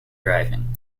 driving